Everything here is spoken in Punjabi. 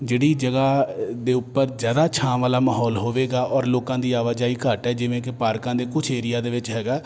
ਜਿਹੜੀ ਜਗ੍ਹਾ ਦੇ ਉੱਪਰ ਜ਼ਿਆਦਾ ਛਾਂ ਵਾਲਾ ਮਾਹੌਲ ਹੋਵੇਗਾ ਔਰ ਲੋਕਾਂ ਦੀ ਆਵਾਜਾਈ ਘੱਟ ਹੈ ਜਿਵੇਂ ਕਿ ਪਾਰਕਾਂ ਦੇ ਕੁਝ ਏਰੀਆ ਦੇ ਵਿੱਚ ਹੈਗਾ